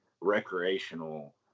recreational